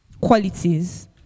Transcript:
qualities